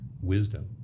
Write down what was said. wisdom